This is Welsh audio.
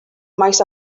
maes